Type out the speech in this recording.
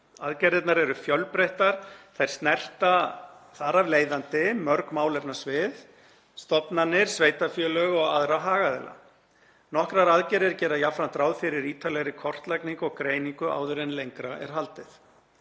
Aðgerðirnar eru fjölbreyttar og snerta þar af leiðandi mörg málefnasvið, stofnanir, sveitarfélög og aðra hagaðila. Nokkrar aðgerðir gera jafnframt ráð fyrir ítarlegri kortlagningu og greiningu áður en lengra er haldið.